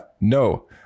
No